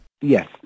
Yes